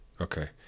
Okay